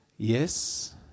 Yes